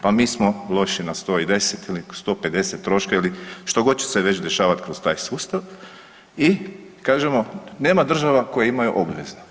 Pa mi smo loši na 110 ili 150 troška ili što god će se već dešavati kroz taj sustav i, kažemo, nema država koje imaju obvezno.